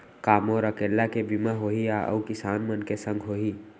का मोर अकेल्ला के बीमा होही या अऊ किसान मन के संग होही?